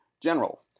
General